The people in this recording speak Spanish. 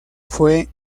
fue